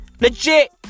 Legit